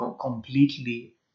completely